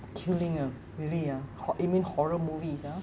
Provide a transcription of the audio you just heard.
killing ah really ah hor~ you mean horror movies ah